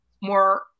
more